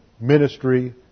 ministry